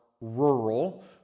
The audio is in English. rural